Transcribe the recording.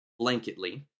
blanketly